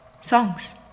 Songs